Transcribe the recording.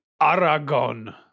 Aragon